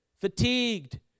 fatigued